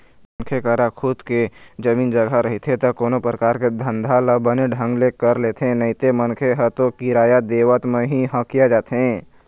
मनखे करा खुद के जमीन जघा रहिथे ता कोनो परकार के धंधा ल बने ढंग ले कर लेथे नइते मनखे ह तो किराया देवत म ही हकिया जाथे